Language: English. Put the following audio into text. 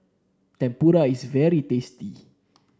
tempura is very tasty